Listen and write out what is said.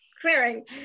clearing